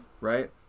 Right